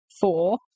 four